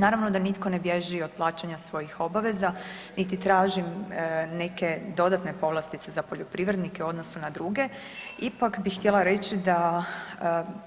Naravno da nitko ne bježi od plaćanja svojih obaveza, niti tražim neke dodatne povlastice za poljoprivrednike u odnosu na druge, ipak bih htjela reći da